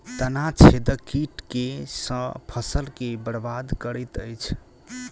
तना छेदक कीट केँ सँ फसल केँ बरबाद करैत अछि?